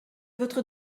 votre